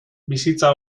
bizitza